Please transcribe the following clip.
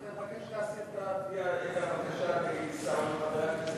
תבקש להסיר את התביעה נגד חבר הכנסת עיסאווי פריג'